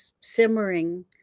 simmering